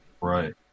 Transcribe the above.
right